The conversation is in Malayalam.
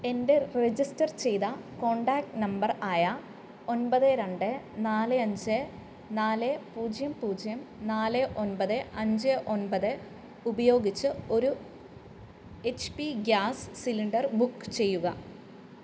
എൻ്റെ രജിസ്റ്റർ ചെയ്ത കോൺടാക്റ്റ് നമ്പർ ആയ ഒമ്പത് രണ്ട് നാല് അഞ്ച് നാല് പൂജ്യം പൂജ്യം നാല് ഒമ്പത് അഞ്ച് ഒമ്പത് ഉപയോഗിച്ച് ഒരു H P gas cylinder book ചെയ്യുക